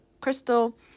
crystal